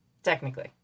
Technically